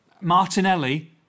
Martinelli